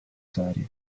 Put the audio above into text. serie